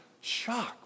shock